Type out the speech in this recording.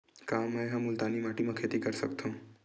का मै ह मुल्तानी माटी म खेती कर सकथव?